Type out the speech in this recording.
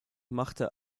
machte